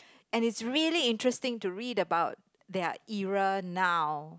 and it's really interesting to read about their era now